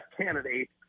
candidate